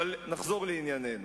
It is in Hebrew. נחזור לענייננו.